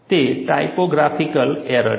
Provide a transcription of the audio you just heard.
તે typographical error છે